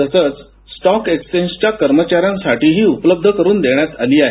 तसंच स्टॉक एक्सचेंजच्या कर्मचा यांसाठीही उपलब्ध करून देण्यात आली आहे